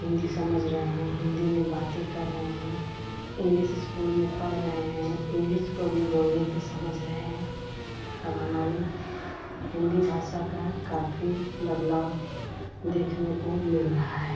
हिन्दी समझ रहे हैं हिन्दी में बातें कर रहे हैं इंग्लिस इस्कूल में पढ़ रहे हैं इंग्लिस को भी बोलने पर समझ रहे हैं अब हमारी हिन्दी भाषा का काफी बदलाव देखने को मिल रहा है